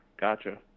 gotcha